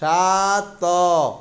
ସାତ